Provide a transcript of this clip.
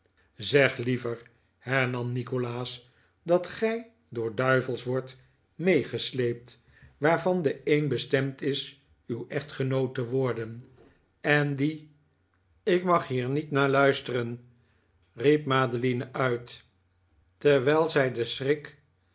zeg liever hernam nikolaas dat gij door duivels wordt meegesleept waarvan de een bestemd is uw echtgenoot te worden en die ik mag hier niet naar luisteren riep madeline uit terwijl zij den schrik